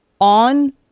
on